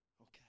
Okay